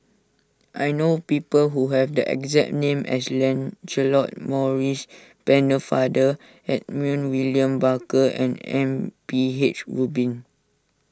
I know people who have the exact name as Lancelot Maurice Pennefather Edmund William Barker and M P H Rubin